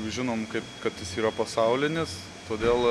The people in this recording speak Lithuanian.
žinom kaip kad jis yra pasaulinis todėl